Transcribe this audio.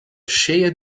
cheia